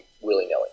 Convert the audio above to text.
willy-nilly